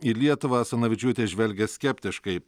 į lietuvą asanavičiūtė žvelgia skeptiškai